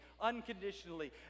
unconditionally